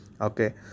okay